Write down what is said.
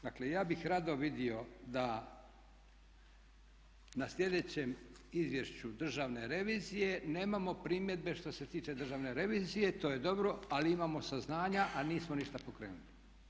Dakle, ja bih rado vidio da na sljedećem izvješću Državne revizije nemamo primjedbe što se tiče Državne revizije, to je dobro, ali imamo saznanja a nismo ništa pokrenuli.